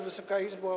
Wysoka Izbo!